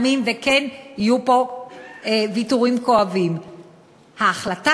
שבה תבוא כאן מנהיגות שתזרה אשליות,